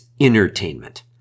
entertainment